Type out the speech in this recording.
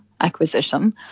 acquisition